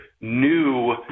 new